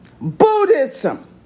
Buddhism